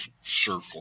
circle